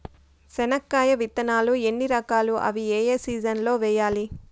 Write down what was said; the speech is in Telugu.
చెనక్కాయ విత్తనాలు ఎన్ని రకాలు? అవి ఏ ఏ సీజన్లలో వేయాలి?